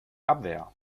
abwehr